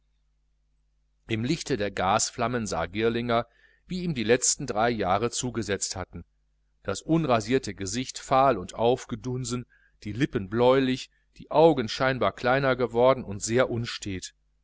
im lichte der gasflammen sah girlinger wie ihm die letzten drei jahre zugesetzt hatten das unrasierte gesicht fahl und aufgedunsen die lippen bläulich die augen scheinbar kleiner geworden und sehr unstät